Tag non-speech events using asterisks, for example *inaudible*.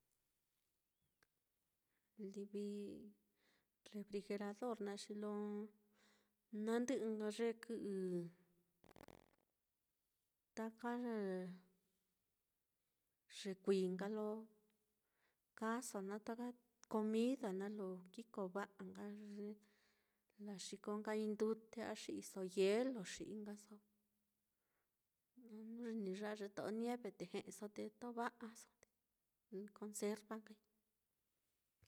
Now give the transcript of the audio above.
Livi refrigerador naá, xi lo na ndɨ'ɨ nka ye kɨ'ɨ *noise* taka ye kuií nka lo kaaso naá, taka comida naá lo kikova'a nka laxiko nkai ndute a xi'iso hielo xi'i nkaso, a jnu ye ni ya'a ye to'o nieve te *hesitation* o te tova'aso n conserva nkai.